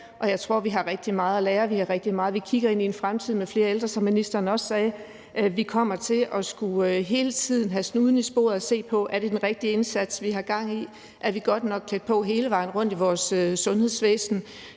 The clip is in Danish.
jeg tror, vi har rigtig meget at lære. Vi kigger ind i en fremtid med flere ældre, som ministeren også sagde, og vi kommer hele tiden til at skulle have snuden i sporet og se på: Er det den rigtige indsats, vi har gang i? Er vi godt nok klædt på hele vejen rundt i vores sundhedsvæsen?